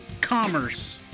commerce